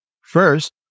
First